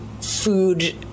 food